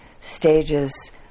stages